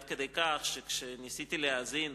עד כדי כך שניסיתי להאזין,